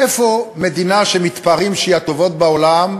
איפה המדינה שמתפארים שהיא מהטובות בעולם?